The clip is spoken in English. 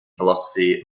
philosophy